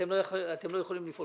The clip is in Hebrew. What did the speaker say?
אתם לא יכולים לפעול.